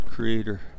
Creator